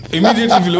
Immediately